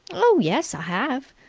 oh yes, i have.